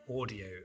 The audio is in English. audio